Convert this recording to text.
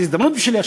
זו הזדמנות בשבילי,